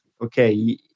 Okay